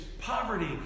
poverty